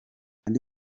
andi